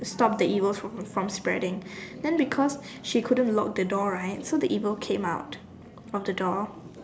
to stop the evil from from spreading then because she couldn't lock the door right so the evil came out from the door